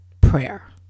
prayer